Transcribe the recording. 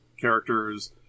characters